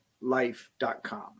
life.com